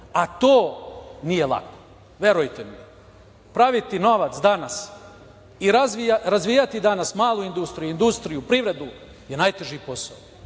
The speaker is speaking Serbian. A to nije lako, verujte mi. Praviti novac danas i razvijati danas malu industriju, industriju, privredu je najteži posao.